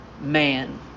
man